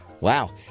Wow